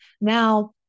Now